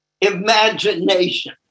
Imagination